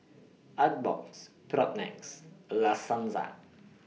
Artbox Propnex La Senza